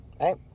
Right